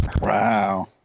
Wow